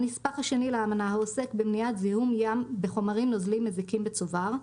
הנספח השני לאמנה העוסק במניעת זיהום ים בחומרים נוזליים מזיקים בצובר,